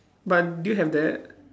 but do you have that